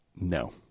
no